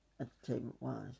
entertainment-wise